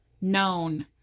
known